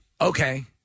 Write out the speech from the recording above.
Okay